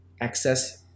access